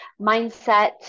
mindset